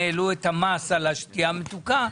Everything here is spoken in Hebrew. העלו את המס על השתייה המתוקה.